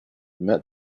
met